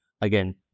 Again